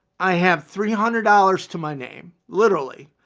i have three hundred dollars to my name, literally.